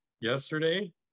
yesterday